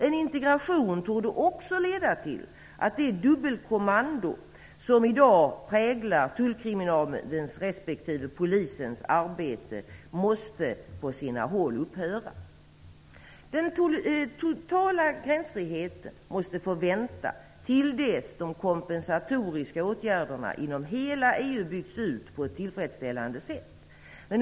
En integration torde också leda till att det "dubbelkommando" som i dag präglar tullkriminalens respektive polisens arbete på sina håll upphör. Den totala gränsfriheten måste få vänta till dess att de kompensatoriska åtgärderna inom hela EU byggts ut på ett tillfredsställande sätt.